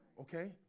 Okay